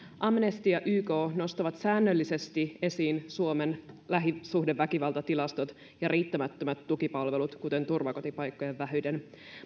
amnesty ja yk nostavat säännöllisesti esiin suomen lähisuhdeväkivaltatilastot ja riittämättömät tukipalvelut kuten turvakotipaikkojen vähyyden